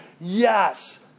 Yes